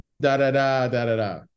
Da-da-da-da-da-da